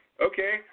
okay